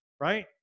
right